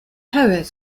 poet